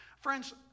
Friends